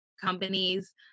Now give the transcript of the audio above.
companies